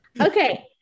Okay